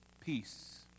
Peace